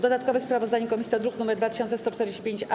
Dodatkowe sprawozdanie komisji to druk nr 2145-A.